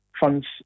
funds